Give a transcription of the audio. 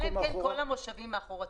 אלא אם כן כל המושבים מאחור תפוסים.